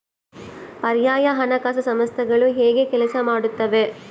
ಪರ್ಯಾಯ ಹಣಕಾಸು ಸಂಸ್ಥೆಗಳು ಹೇಗೆ ಕೆಲಸ ಮಾಡುತ್ತವೆ?